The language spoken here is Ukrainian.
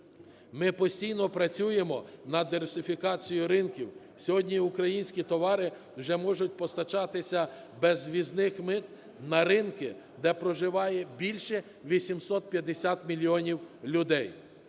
Ми постійно працюємо над диверсифікацією ринків, сьогодні українські товари вже можуть постачатися без ввізних мит на ринки, де проживає більше 850 мільйонів людей.